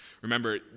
Remember